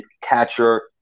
catcher